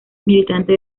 militante